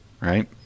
right